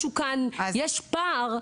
יש פער.